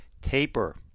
taper